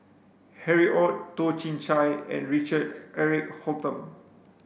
Harry Ord Toh Chin Chye and Richard Eric Holttum